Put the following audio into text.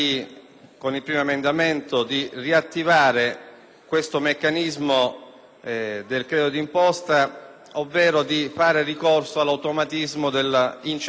il meccanismo del credito d'imposta, ovvero di far ricorso all'automatismo dell'incentivazione alle imprese che realizzano investimenti.